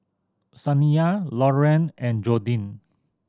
Saniyah Lauren and Jordin